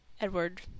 Edward